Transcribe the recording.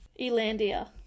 Elandia